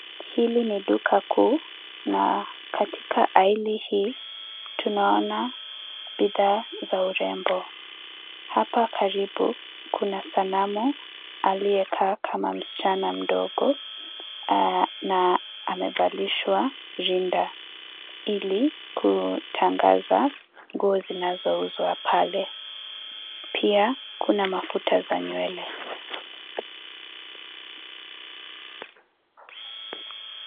Hili ni duka kuu na katika aili hii tunaona bidhaa za urembo. Hapa karibu kuna sanamu aliyekaa kama msichana mdogo na amevalishwa linda ili kutangaza nguo zinazouzwa pale. Pia kuna mafuta za nywele.